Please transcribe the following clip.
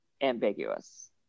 Ambiguous